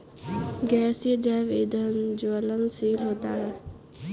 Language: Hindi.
गैसीय जैव ईंधन ज्वलनशील होता है